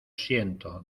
siento